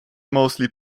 mostly